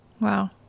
Wow